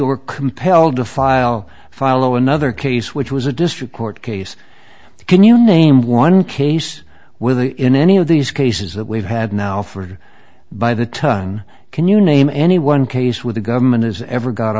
were compelled to file follow another case which was a district court case can you name one case with or in any of these cases that we've had now for by the turn can you name any one case where the government has ever go